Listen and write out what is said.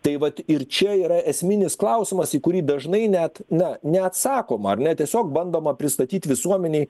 tai vat ir čia yra esminis klausimas į kurį dažnai net na neatsakoma ar ne tiesiog bandoma pristatyt visuomenei